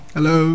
Hello